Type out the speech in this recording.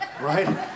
Right